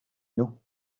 nhw